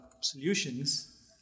solutions